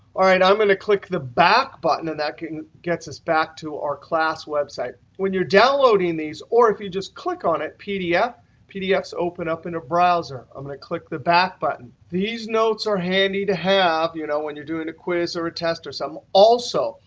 all right. i'm going to click the back button, and that can get us back to our class website. when you're downloading these or if you just click on it pdf pdfs open up in a browser. i'm going to click the back button. these notes are handy to have you know when you're doing a quiz or a test or something. also,